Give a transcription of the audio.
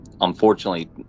unfortunately